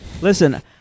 Listen